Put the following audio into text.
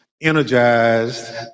energized